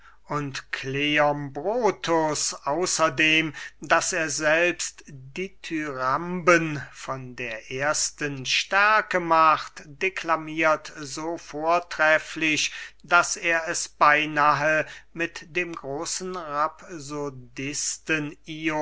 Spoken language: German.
und kleombrotus außerdem daß er selbst dithyramben von der ersten stärke macht deklamiert so vortrefflich daß er es beynahe mit dem großen